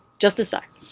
justa' sec.